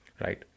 right